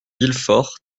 villefort